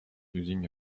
using